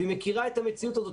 והיא מכירה את המציאות הזאת,